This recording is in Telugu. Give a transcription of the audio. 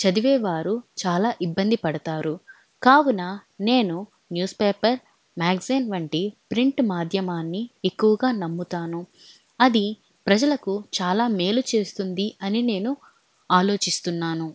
చదివేవారు చాలా ఇబ్బంది పడతారు కావున నేను న్యూస్ పేపర్ మ్యాగజైన్ వంటి ప్రింట్ మాధ్యమాన్ని ఎక్కువగా నమ్ముతాను అది ప్రజలకు చాలా మేలు చేస్తుంది అని నేను ఆలోచిస్తున్నాను